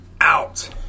out